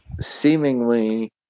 seemingly